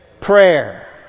prayer